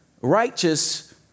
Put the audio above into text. righteous